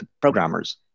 programmers